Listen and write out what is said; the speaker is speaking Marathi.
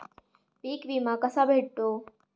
पीक विमा कसा भेटतो?